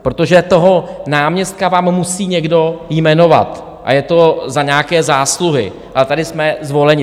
Protože toho náměstka vám musí někdo jmenovat a je to za nějaké zásluhy a tady jsme zvoleni.